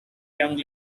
young